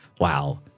wow